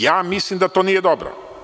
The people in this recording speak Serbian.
Ja mislim da to nije dobro.